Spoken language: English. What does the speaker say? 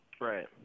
Right